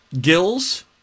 Gills